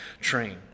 train